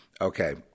Okay